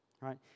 Right